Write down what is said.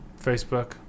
Facebook